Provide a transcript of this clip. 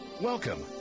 Welcome